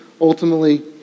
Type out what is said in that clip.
ultimately